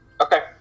Okay